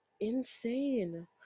insane